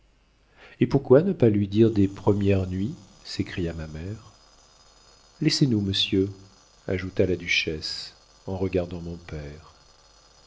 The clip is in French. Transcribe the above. et pourquoi ne pas lui dire des premières nuits s'écria ma mère laissez-nous monsieur ajouta la duchesse en regardant mon père